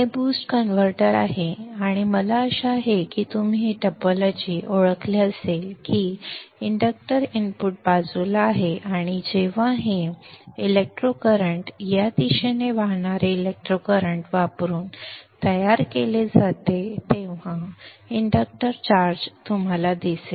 हे boost converter आहे मला आशा आहे की तुम्ही हे टोपोलॉजी ओळखले असेल की इंडक्टर इनपुट बाजूला आहे आणि जेव्हा हे संदर्भ वेळ 0031 इलेक्ट्रो करंट या दिशेने वाहणारे इलेक्ट्रो करंट वापरून तयार केले जाते तेव्हा हे इंडक्टर चार्ज तुम्हाला दिसेल